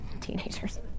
teenagers